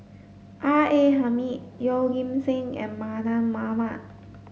R A Hamid Yeoh Ghim Seng and Mardan Mamat